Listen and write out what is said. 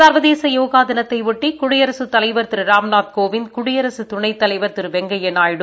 சா்வதேச யோகா தினத்தையொட்டி குடியரசுத் தலைவா் திரு ராம்நாத் கோவிந்த் குடியரசு துணைத்தலைவா திரு வெங்கையா நாயுடு